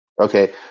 okay